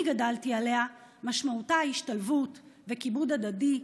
גדלתי עליה משמעותה השתלבות וכיבוד הדדי,